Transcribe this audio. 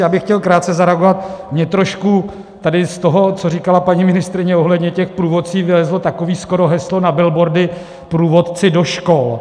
Já bych chtěl krátce zareagovat, mně trošku tady z toho, co říkala paní ministryně ohledně těch průvodců, vylezlo takové skoro heslo na billboardy: Průvodci do škol!